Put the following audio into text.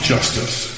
Justice